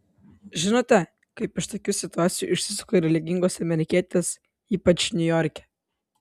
žinote kaip iš tokių situacijų išsisuka religingos amerikietės ypač niujorke